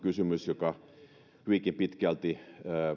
kysymys joka hyvinkin pitkälti